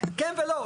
כן ולא.